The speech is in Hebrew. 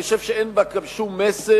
אני חושב שאין בה גם שום מסר,